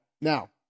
Now